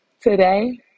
today